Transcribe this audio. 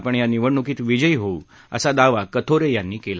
आपण या निवडणुकीत विजय होऊ असा दावा कथोरे यांनी केला